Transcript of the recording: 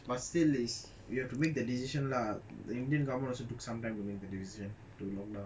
but still is you have to make the decision lah the indian government also took some time to make the decision to lockdown